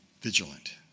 vigilant